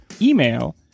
Email